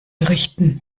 errichten